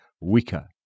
weaker